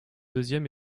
deuxième